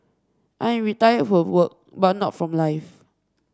I am retired from work but not from life